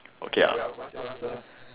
okay lah